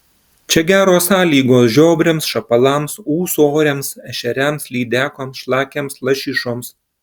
čia geros sąlygos žiobriams šapalams ūsoriams ešeriams lydekoms šlakiams lašišoms